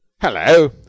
Hello